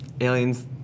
aliens